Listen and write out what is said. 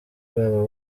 babo